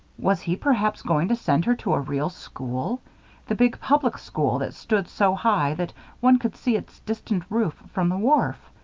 was he, perhaps, going to send her to a real school the big public school that stood so high that one could see its distant roof from the wharf?